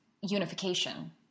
unification